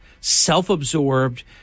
self-absorbed